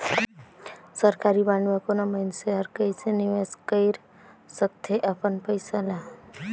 सरकारी बांड में कोनो मइनसे हर कइसे निवेश कइर सकथे अपन पइसा ल